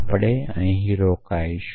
આપણે અહીં રોકાઈશું